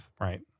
right